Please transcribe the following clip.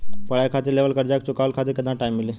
पढ़ाई खातिर लेवल कर्जा के चुकावे खातिर केतना टाइम मिली?